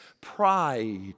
pride